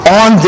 on